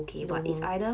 oh